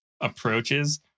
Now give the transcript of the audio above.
approaches